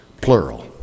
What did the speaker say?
plural